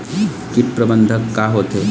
कीट प्रबंधन का होथे?